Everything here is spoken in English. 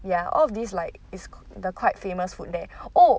ya all of these like is the quite famous food there oh